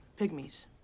Pygmies